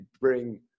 bring